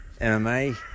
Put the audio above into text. MMA